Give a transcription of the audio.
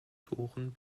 toren